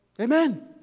Amen